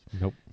Nope